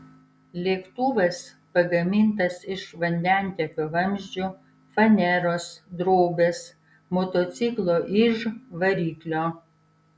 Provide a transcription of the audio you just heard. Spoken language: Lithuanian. lėktuvas pagamintas iš vandentiekio vamzdžių faneros drobės motociklo iž variklio